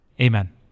Amen